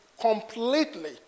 completely